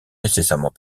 nécessairement